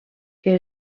que